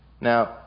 Now